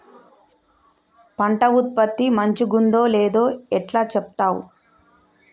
పంట ఉత్పత్తి మంచిగుందో లేదో ఎట్లా చెప్తవ్?